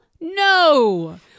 no